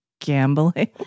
Gambling